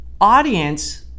audience